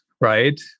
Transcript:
right